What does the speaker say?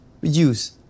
reduce